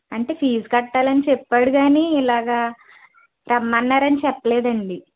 అంటే ఫిజ్ కట్టాలని చెప్పాడు కాని ఇలాగా రమ్మన్నారని చెప్పలేదండీ